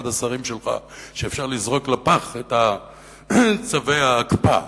השרים שלך שאפשר לזרוק לפח את צווי ההקפאה,